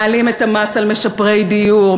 מעלים את המס על משפרי דיור.